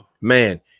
Man